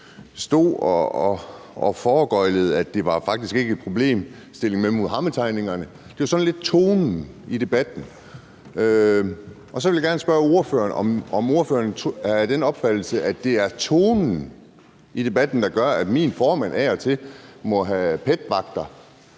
stod og foregøglede os, at det faktisk ikke var en problemstilling med Muhammedtegningerne, men at det var sådan lidt tonen i debatten. Og så vil jeg gerne spørge ordføreren, om ordføreren er af den opfattelse, at det er tonen i debatten, der gør, at min formand af og til må have PET-vagter.